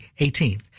18th